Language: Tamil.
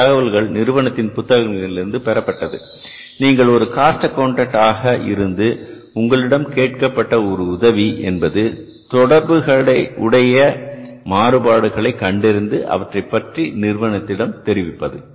இந்த தகவல்கள் நிறுவனத்தின் புத்தகங்களிலிருந்து பெறப்பட்டது நீங்கள் ஒரு காஸ்ட் ஆக்கவுண்டன்ட் ஆக இருந்து உங்களிடம் கேட்கப்பட்ட ஒரு உதவி என்பது தொடர்புடைய மாறுபாடுகளை கண்டறிந்து அவற்றைப் பற்றி நிறுவனத்திடம் தெரிவிப்பது